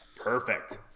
Perfect